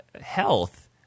health